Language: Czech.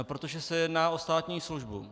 No protože se jedná o státní službu.